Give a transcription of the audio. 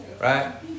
Right